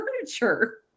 furniture